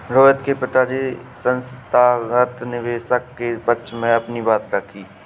रोहित के पिताजी संस्थागत निवेशक के पक्ष में अपनी बात रखी